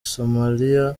somalia